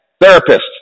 therapist